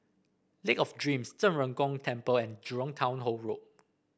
Lake of Dreams Zhen Ren Gong Temple and Jurong Town Hall Road